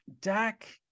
Dak